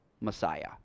Messiah